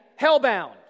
hellbound